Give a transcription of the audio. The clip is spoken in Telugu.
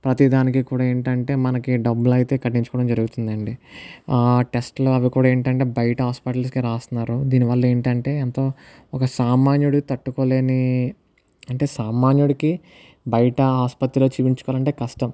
ప్రతి దానికి కూడా ఏంటంటే మనకి డబ్బులు అయితే కట్టించుకోవడం జరుగుతుందండి టెస్ట్లు అవి కూడా ఏంటంటే బయట హాస్పిటల్స్ కి రాస్తున్నారు దీని వల్ల ఏంటంటే ఎంతో ఒక సామాన్యుడు తట్టుకోలేని అంటే సామాన్యుడికి బయట ఆసుపత్రిలో చూపించుకోవాలంటే కష్టం